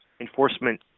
enforcement